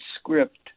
script